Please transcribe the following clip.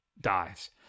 dies